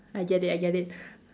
I get it I get it